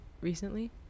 recently